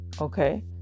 okay